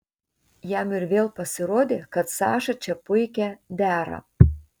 jam ir vėl pasirodė kad saša čia puikia dera